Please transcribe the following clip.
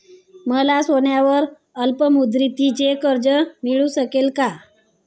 मला सोन्यावर अल्पमुदतीचे कर्ज मिळू शकेल का?